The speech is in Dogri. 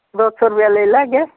दो सौ रपेआ लेई लैग्गे